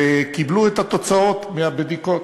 וקיבלו את התוצאות מהבדיקות.